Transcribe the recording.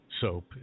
soap